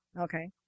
Okay